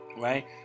right